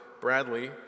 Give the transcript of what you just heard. Bradley